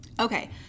Okay